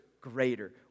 greater